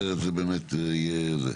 אחרת, זה באמת יהיה זה.